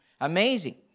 Amazing